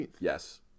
Yes